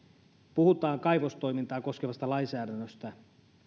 puhutaan kaivostoimintaa koskevasta lainsäädännöstä